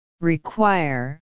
require